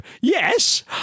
Yes